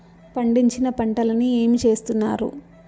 పండించిన పంటలని ఏమి చేస్తున్నారు?